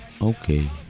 Okay